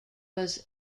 was